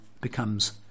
becomes